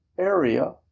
area